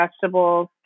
vegetables